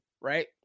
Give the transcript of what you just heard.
right